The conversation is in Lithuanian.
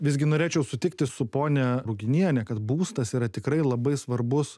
visgi norėčiau sutikti su ponia ruginiene kad būstas yra tikrai labai svarbus